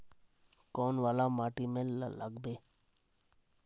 कौन वाला माटी में लागबे?